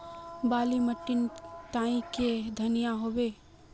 बाली माटी तई की धनिया होबे?